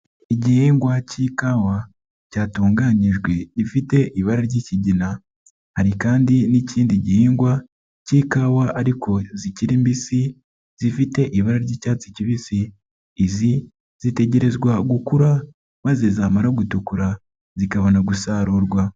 Igihingwa cy'ikawa cyatunganyijwe gifite ibara ry'ikigina, hari kandi n'ikindi gihingwa cy'ikawa ariko zikiri mbisi zifite ibara ry'icyatsi kibisi, izi zitegerezwa gukura maze zamara gutukura zikabona gusarurwa.